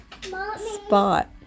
spot